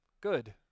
Good